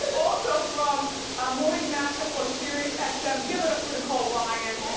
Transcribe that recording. also from a morning mash up on siriusxm, give it up for nicole ryan.